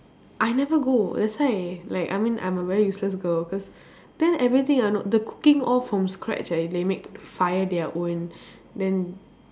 I never go that's why I like I mean I'm a very useless girl cause then everything ah know the cooking all from scratch eh they make fire their own then